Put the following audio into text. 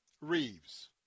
Reeves